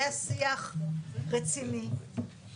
ההסתייגות הבאה.